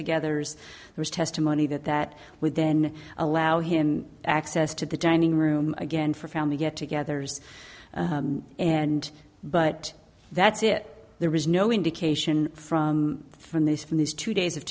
togethers there's testimony that that would then allow him access to the dining room again for family get togethers and but that's it there was no indication from from these from these two days of